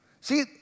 See